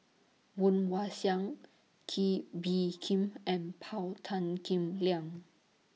Woon Wah Siang Kee Bee Khim and Paul Tan Kim Liang